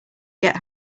get